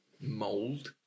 mold